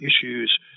issues